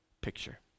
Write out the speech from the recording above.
picture